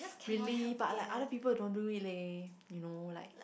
really but like other people don't do it leh you know like